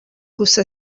gusa